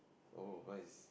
oh what is